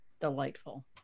delightful